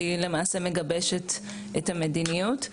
שהיא למעשה מגבשת את המדיניות.